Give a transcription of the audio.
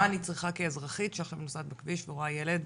מה אני צריכה כאזרחית שעכשיו נוסעת בכביש ורואה ילד?